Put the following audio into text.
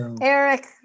Eric